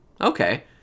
okay